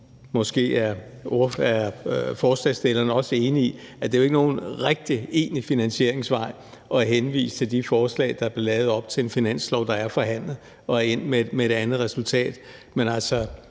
måske er forslagsstillerne også enige i, at det jo ikke er nogen egentlig finansieringsvej at henvise til de forslag, der blev fremsat op til en finanslov, der er forhandlet og er endt med et andet resultat.